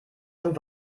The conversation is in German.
schon